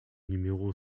numéro